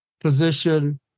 position